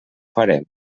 farem